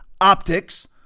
optics